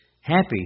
Happy